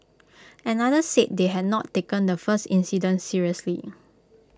another said they had not taken the first incident seriously